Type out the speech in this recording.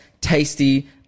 tasty